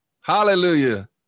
Hallelujah